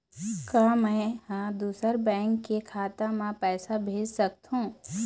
का मैं ह दूसर बैंक के खाता म पैसा भेज सकथों?